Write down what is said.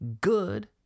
good